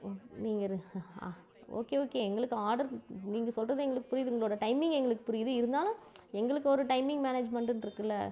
ஓ நீங்கள் okay okay எங்களுக்கு order நீங்கள் சொல்கிறது எங்களுக்குப் புரியுது உங்களோடய டைமிங் எங்களுக்குப் புரியுது இருந்தாலும் எங்களுக்கு ஒரு டைமிங் மேனேஜ்மென்ட்டுன்டு இருக்குல்ல